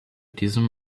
diesem